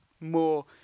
more